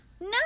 No